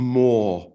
more